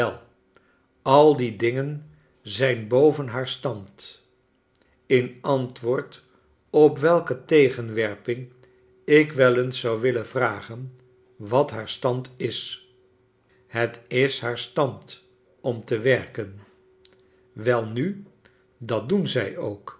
al die dingen zijn boven haar stand in antwoord op welke tegenwerping ik wel eens zou willen vragen wat haar stand is het is haar stand om te werken welnu dat do en zij ook